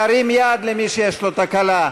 להרים יד, מי שיש לו תקלה.